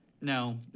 No